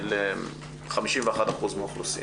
ל-51% מהאוכלוסייה.